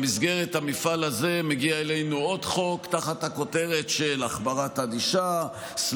במסגרת המפעל הזה מגיע אלינו עוד חוק תחת הכותרת של החמרת ענישה או